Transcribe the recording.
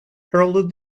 heralded